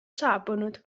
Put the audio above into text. saabunud